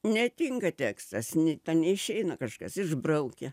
netinka tekstas ne ta neišeina kažkas išbraukia